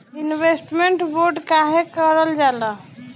Investment bond काहे कारल जाला?